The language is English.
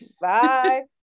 Bye